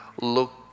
look